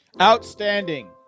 Outstanding